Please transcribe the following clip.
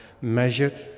measured